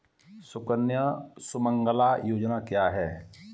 सुकन्या सुमंगला योजना क्या है?